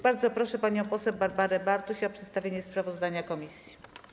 Bardzo proszę panią poseł Barbarę Bartuś o przedstawienie sprawozdania komisji.